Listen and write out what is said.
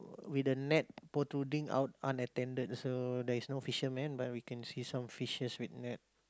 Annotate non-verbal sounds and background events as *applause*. *noise* with the net protruding out unattended so there is no fishermen but we can see some fishes with net